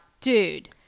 dude